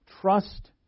trust